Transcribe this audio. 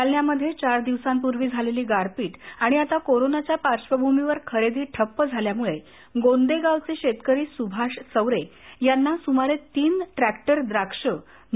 जालन्यामध्ये चार दिवसांपूर्वी झालेली गारपीट आणि आता कोरोनाच्या पार्श्वभूमीवर खरेदी ठप्प झाल्यामुळे गोंदेगावचे शेतकरी सुभाष चवरे यांना सुमारे तीन ट्रॅक्टर द्राक्ष नदीत टाकन द्यावे लागले